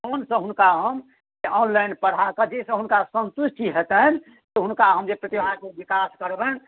फोनसँ हुनका हम से ऑनलाइन पढ़ा कऽ जाहिसँ हुनका सन्तुष्टि हेतनि तऽ हुनका हम जे प्रतिभाके विकास करबनि